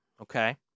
okay